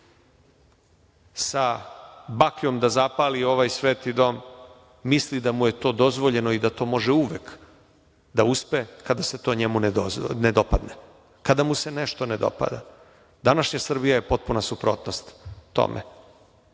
sa bakljom da zapali ovaj sveti dom misli da mu je to dozvoljeno i da to može uvek da uspe kada se to njemu ne dopadne, kada mu se nešto ne dopada, današnja Srbija je potpuna suprotnost tome